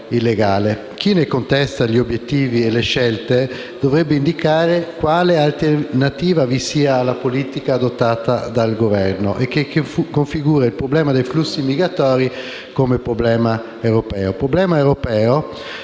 Chi ne contesta obiettivi e scelte dovrebbe indicare quale alternativa vi sia alla politica adottata dal Governo e che configura il problema dei flussi migratori come problema europeo.